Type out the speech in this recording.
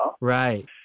right